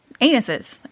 anuses